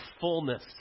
fullness